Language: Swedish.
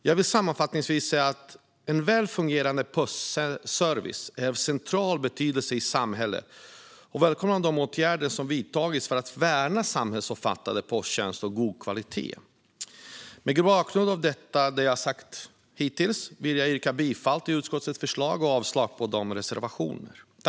Jag vill sammanfattningsvis säga att en väl fungerande postservice är av central betydelse i samhället, och jag välkomnar de åtgärder som vidtagits för att värna en samhällsomfattande posttjänst av god kvalitet. Ett ändrat pris-höjningstak för frimärkta brev Mot bakgrund av det jag sagt vill jag yrka bifall till utskottets förlag och avslag på reservationerna.